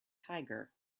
tiger